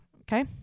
okay